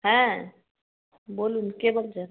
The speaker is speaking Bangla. হ্যাঁ বলুন কে বলছেন